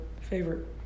favorite